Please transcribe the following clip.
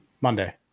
Monday